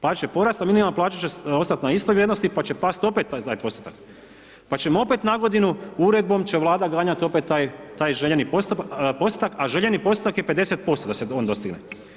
Plaće će porasti a minimalna plaća će ostati na istoj vrijednosti pa će past opet za taj postotak pa ćemo opet na godinu, uredbom će Vlada ganjati opet taj željeni postotak a željeni postotak je 50% da se on dostigne.